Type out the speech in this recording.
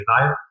life